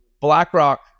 BlackRock